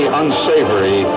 unsavory